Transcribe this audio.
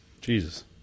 Jesus